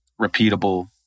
repeatable